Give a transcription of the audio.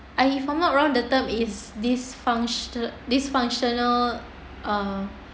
uh if I'm not wrong the term is dysfunction~ dysfunctional um